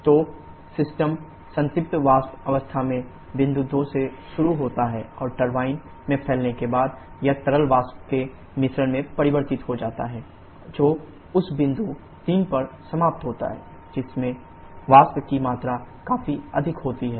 तो सिस्टम संतृप्त वाष्प अवस्था में बिंदु 2 से शुरू होता है और टरबाइन में फैलने के बाद यह तरल वाष्प के मिश्रण में परिवर्तित हो जाता है जो उस बिंदु 3 पर समाप्त होता है जिसमें वाष्प की मात्रा काफी अधिक होती है